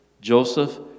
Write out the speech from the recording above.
Joseph